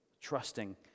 trusting